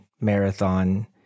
Marathon